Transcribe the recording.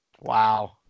Wow